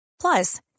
Plus